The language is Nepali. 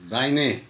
दाहिने